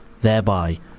thereby